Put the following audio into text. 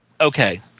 okay